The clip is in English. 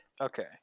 okay